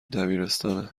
دبیرستانه